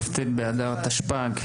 היום כ"ט באדר התשפ"ג,